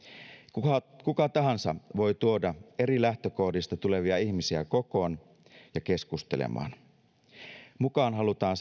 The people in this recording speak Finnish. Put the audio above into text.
kuka kuka tahansa voi tuoda eri lähtökohdista tulevia ihmisiä kokoon ja keskustelemaan mukaan halutaan